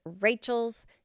Rachel's